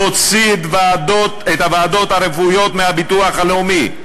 להוציא את הוועדות הרפואיות מהביטוח הלאומי,